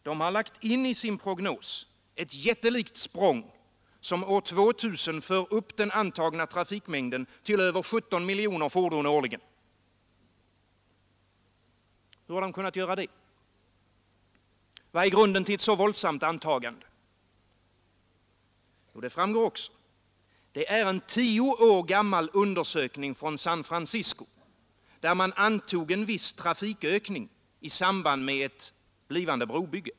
De har lagt in i sin prognos ett jättelikt språng, som år 2000 för upp den antagna trafikmängden till över 17 miljoner fordon årligen. Hur har de kunnat göra det? Vad är grunden till ett så våldsamt antagande? Jo, det är en tio år gammal undersökning från San Francisco, där man antog en viss trafikökning i samband med ett blivande brobygge.